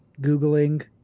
Googling